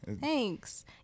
Thanks